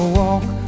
walk